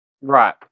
right